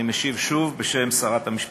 אני משיב שוב בשם שרת המשפטים.